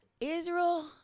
Israel